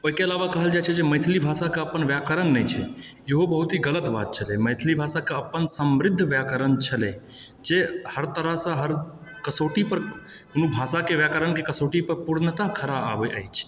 ओहिके अलावा कहल जाइ छै जे मैथिली भाषाके अपन व्याकरण नहि छै इहो बहुत ही गलत बात छलै मैथिली भाषाके अपन समृद्ध व्याकरण छलै जे हर तरहसँ हर कसौटी पर कोनो भाषाके व्याकरणके कसौटी पर पूर्णतः खड़ा आबै अछि